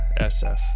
SF